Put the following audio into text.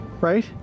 right